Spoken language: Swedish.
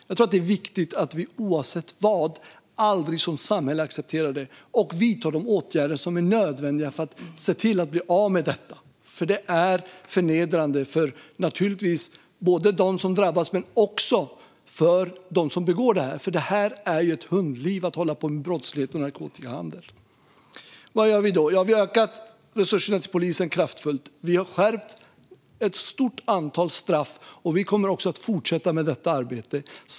Jag tror att det är viktigt att vi som samhälle aldrig accepterar detta utan vidtar de åtgärder som är nödvändiga för att bli av med det. Det är förnedrande, naturligtvis för dem som drabbas men också för dem som begår dessa brott. Det är ett hundliv att hålla på med brottslighet och narkotikahandel. Vad gör vi då? Vi har ökat resurserna till polisen kraftigt. Vi har skärpt ett stort antal straff, och vi kommer att fortsätta med detta arbete.